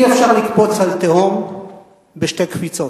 אי-אפשר לקפוץ על תהום בשתי קפיצות.